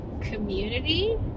community